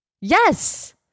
yes